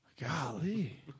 Golly